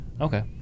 Okay